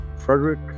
Frederick